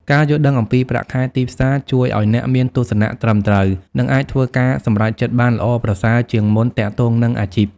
ការយល់ដឹងអំពីប្រាក់ខែទីផ្សារជួយឲ្យអ្នកមានទស្សនៈត្រឹមត្រូវ និងអាចធ្វើការសម្រេចចិត្តបានល្អប្រសើរជាងមុនទាក់ទងនឹងអាជីព។